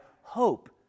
hope